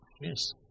Yes